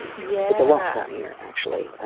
yeah, it's a lot funnier, actually,